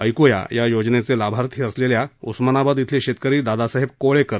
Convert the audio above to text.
ऐकुया या योजनेचे लाभार्थी असलेल्या उस्मानाबाद इथले शेतकरी दादासाहेब कोळेकर